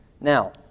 Now